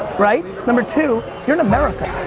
right? number two, you're in america.